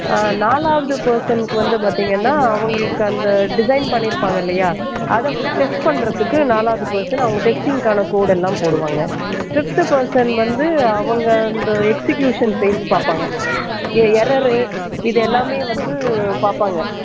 நாலாவது பர்சன்க்கு வந்து பார்த்திங்கனா அவங்களுக்கு அந்த டிசைன் பண்ணிருப்பாங்க இல்லையா அதை வந்து டெஸ்ட் பண்ணுறத்துக்கு நாலாவது பெர்சன் அவங்க டெஸ்ட்டிங்கான கோட் எல்லா போடுவாங்க ஃபிஃப்த் பெர்சன் வந்து அவங்க அந்த எக்சிக்யூஷன் ஃபேஸ் பார்ப்பாங்க ஏ எரரு இது எல்லாமே வந்து பார்ப்பாங்க